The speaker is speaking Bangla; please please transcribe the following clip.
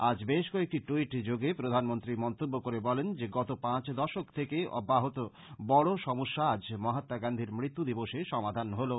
আজ বেশ কয়েকটি ট্যইট যোগে প্রধানমন্ত্রী এই মন্তব্য করে বলেন যে গত পাঁচ দশক থেকে অব্যাহত বড়ো সমস্যা আজ মহাত্মা গান্ধীর মৃত্যু দিবসে সমাধান হলো